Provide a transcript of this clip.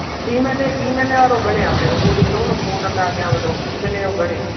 हा टी महीने टी महीने वारो घणे आहे पहिरियों उहो ॾिसू़ न पोइ न त अॻियां वधूं टी महीने जो घणे आहे